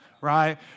right